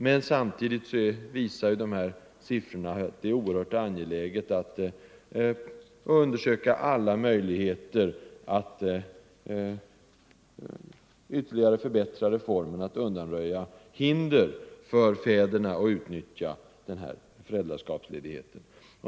Men siffrorna visar att det är oerhört angeläget att undersöka alla möjligheter att ytterligare förbättra reformen genom att undanröja hindren för fäderna att utnyttja föräldraskapsledigheten.